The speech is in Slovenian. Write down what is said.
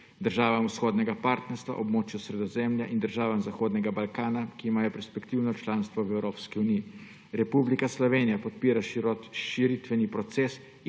državam vzhodnega partnerstva, območju Sredozemlja in državam Zahodnega Balkana, ki imajo perspektivno članstvo v Evropski uniji. Republika Slovenija podpira širitveni proces